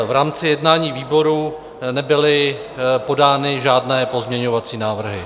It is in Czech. V rámci jednání výboru nebyly podány žádné pozměňovací návrhy.